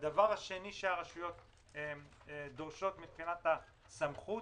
הדבר השני שהרשויות דורשות מבחינת הסמכות